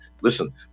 listen